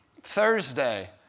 Thursday